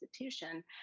institution